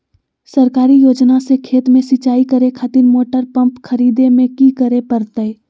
सरकारी योजना से खेत में सिंचाई करे खातिर मोटर पंप खरीदे में की करे परतय?